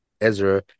Ezra